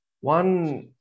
one